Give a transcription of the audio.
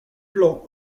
plan